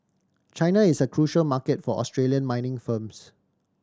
China is a crucial market for Australian mining firms